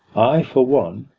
i for one,